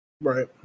right